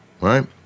Right